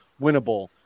winnable